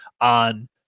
on